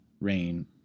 rain